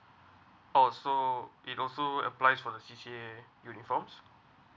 oh so it also applies for the C_C_A uniform